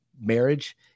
Marriage